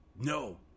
No